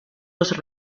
los